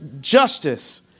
justice